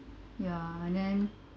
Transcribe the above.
yeah and then